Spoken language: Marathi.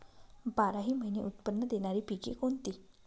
बाराही महिने उत्त्पन्न देणारी पिके कोणती?